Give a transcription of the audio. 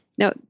Now